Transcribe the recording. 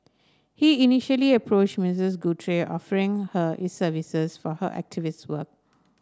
he initially approached Misses Guthrie offering her his services for her activists work